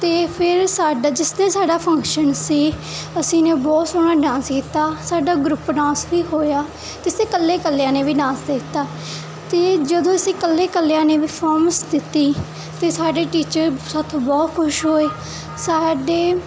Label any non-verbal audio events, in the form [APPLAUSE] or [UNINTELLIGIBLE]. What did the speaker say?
ਅਤੇ ਫਿਰ ਸਾਡਾ ਜਿਸ ਦਿਨ ਸਾਡਾ ਫੰਕਸ਼ਨ ਸੀ ਅਸੀਂ ਨੇ ਬਹੁਤ ਸੋਹਣਾ ਡਾਂਸ ਕੀਤਾ ਸਾਡਾ ਗਰੁੱਪ ਡਾਂਸ ਵੀ ਹੋਇਆ ਅਤੇ ਅਸੀਂ ਇਕੱਲੇ ਕੱਲਿਆਂ ਨੇ ਵੀ ਡਾਂਸ [UNINTELLIGIBLE] ਅਤੇ ਜਦੋਂ ਅਸੀਂ ਇਕੱਲੇ ਕੱਲਿਆਂ ਨੇ ਵੀ ਪਰਫੋਮਸ ਦਿੱਤੀ ਅਤੇ ਸਾਡੇ ਟੀਚਰ ਸਾਥੋਂ ਬਹੁਤ ਖੁਸ਼ ਹੋਏ ਸਾਡੇ